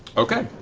okay.